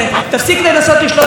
יהודה גליק, אדוני.